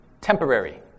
temporary